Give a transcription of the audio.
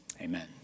Amen